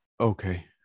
Okay